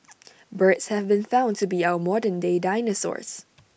birds have been found to be our modern day dinosaurs